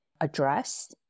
address